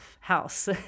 house